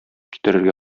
китерергә